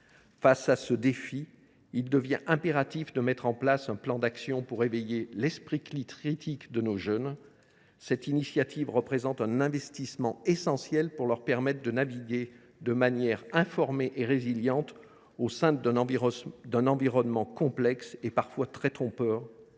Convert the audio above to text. Face à ce défi, il devient impératif de mettre en place un plan d’action pour éveiller l’esprit critique de nos jeunes. Cette initiative représente un investissement essentiel pour leur permettre de naviguer, de manière informée et résiliente, au sein d’un environnement complexe et parfois très trompeur.